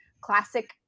classic